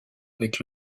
avec